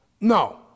No